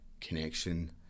connection